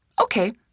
Okay